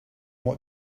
what